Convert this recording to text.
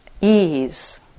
ease